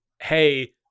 hey